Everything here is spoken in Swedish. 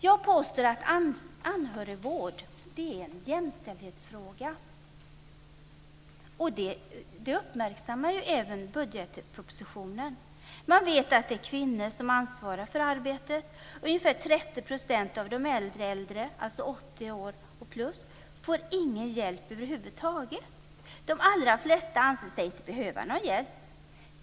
Jag påstår att anhörigvård är en jämställdhetsfråga. Det uppmärksammar även budgetpropositionen. Man vet att det är kvinnor som ansvarar för arbetet. Ungefär 30 % av de äldreäldre, alltså 80 år och äldre, får ingen hjälp över huvud taget. De allra flesta anser sig inte behöva någon hjälp.